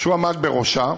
שהוא עמד בראשה,